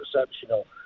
exceptional